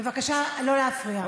בבקשה לא להפריע.